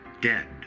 dead